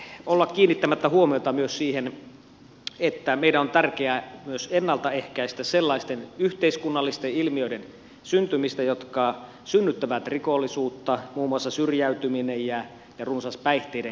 mutta ei voi olla kiinnittämättä huomiota myös siihen että meidän on tärkeää myös ennalta ehkäistä sellaisten yhteiskunnallisten ilmiöiden syntymistä jotka synnyttävät rikollisuutta muun muassa syrjäytyminen ja runsas päihteiden käyttö